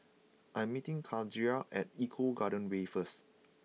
I am meeting Kadijah at Eco Garden Way first